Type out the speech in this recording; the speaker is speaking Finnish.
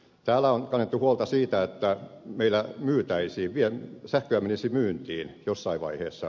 täällä on kannettu huolta siitä että meillä sähköä menisi myyntiin jossain vaiheessa